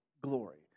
glory